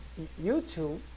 YouTube